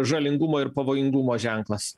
žalingumo ir pavojingumo ženklas